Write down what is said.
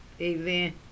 amen